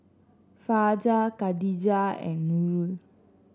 Fajar Khadija and Nurul